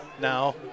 now